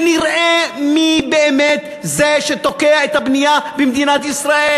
ונראה מי באמת תוקע את הבנייה במדינת ישראל.